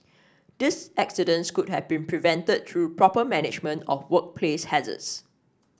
these accidents could have been prevented through proper management of workplace hazards